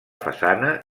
façana